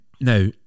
Now